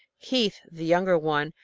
keith, the younger one,